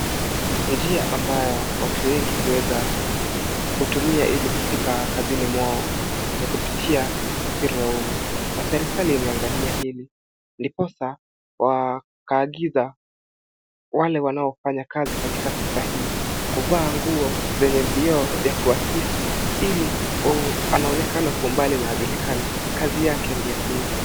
Njia ambayo watu wengi huweza kutumia ili kufika kazini mwao, ni kupitia usafiri wa umma. Na serikali imeangalia hili. Ndiposa, wakaagiza, wale wanaofanya kazi katika sekta hii kuvaa nguo zenye vioo vya wakisi. Ili anaonekana kwa umbali na anajulikana, kazi yake ndio hiyo.